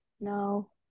no